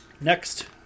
Next